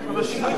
אבל שינוי תעריף.